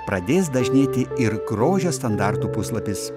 pradės dažnėti ir grožio standartų puslapis